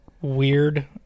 weird